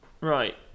right